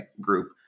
group